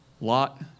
Lot